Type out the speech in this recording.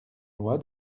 loi